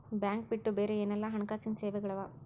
Bank ಬಿಟ್ಟು ಬ್ಯಾರೆ ಏನೆಲ್ಲಾ ಹಣ್ಕಾಸಿನ್ ಸೆವೆಗಳವ?